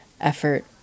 effort